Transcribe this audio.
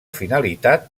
finalitat